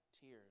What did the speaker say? tears